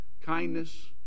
kindness